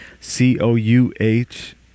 C-O-U-H